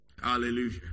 Hallelujah